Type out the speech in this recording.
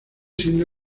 siendo